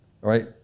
right